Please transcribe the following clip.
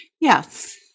Yes